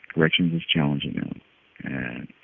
corrections is challenging and and